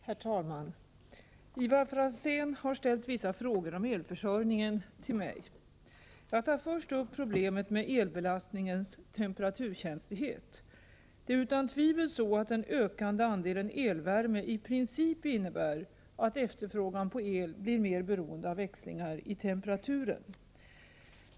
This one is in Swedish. Herr talman! Ivar Franzén har till mig ställt vissa frågor om elförsörjningen. Jag tar först upp problemet med elbelastningens temperaturkänslighet. Det är utan tvivel så att den ökande andelen elvärme i princip innebär att efterfrågan på el blir mer beroende av växlingar i temperaturen.